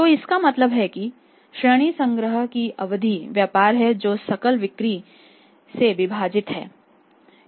तो इसका मतलब है कि ऋणी संग्रह की अवधि व्यापार है जो सकल बिक्री से विभाजित है